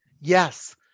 Yes